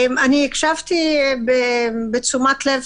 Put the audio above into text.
הקשבתי בתשומת לב,